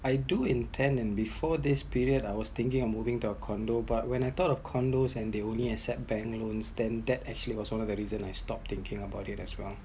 I do intend and before this period I was thinking of moving to a condo but when I thought of condo they only accept bank loan then that actually was the reason I stop thinking about it as well